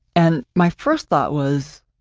and my first thought was,